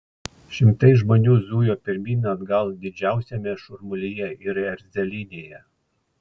šimtai žmonių zujo pirmyn atgal didžiausiame šurmulyje ir erzelynėje